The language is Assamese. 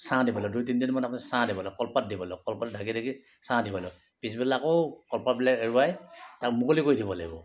ছাঁ দিব লাগিব দুই তিনিদিন মানৰ পিছত ছাঁ দিব লাগিব কলপাত দিব লাগিব কলপাতে ঢাকি ঢাকি ছাঁ দিব লাগিব পিছবেলা আকৌ কলপাতবিলাক এৰুৱাই তাক মুকলি কৰি দিব লাগিব